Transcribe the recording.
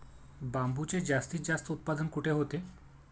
बांबूचे जास्तीत जास्त उत्पादन कुठे होते?